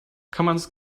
commands